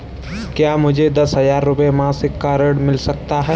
क्या मुझे दस हजार रुपये मासिक का ऋण मिल सकता है?